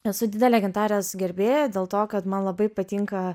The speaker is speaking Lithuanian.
esu didelė gintarės gerbėja dėl to kad man labai patinka